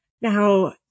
Now